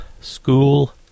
School